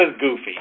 goofy